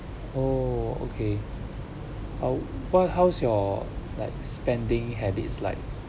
oh okay oh what how's your like spending habits like